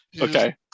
Okay